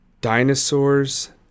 dinosaurs